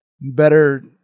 better